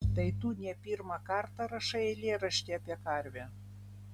tai tu ne pirmą kartą rašai eilėraštį apie karvę